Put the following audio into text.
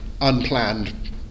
unplanned